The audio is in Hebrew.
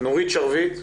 נורית שרביט?